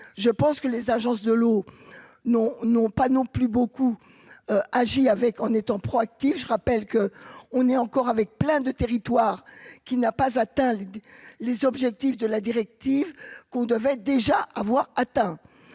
je pense que les agences de l'eau non non pas non plus beaucoup agi avec en étant proactif, je rappelle que, on est encore avec plein de territoire qui n'a pas atteint les objectifs de la directive qu'on devait déjà avoir atteint